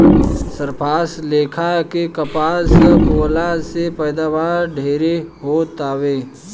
सरपास लेखा के कपास बोअला से पैदावार ढेरे हो तावे